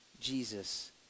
Jesus